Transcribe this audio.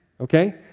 okay